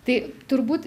tai turbūt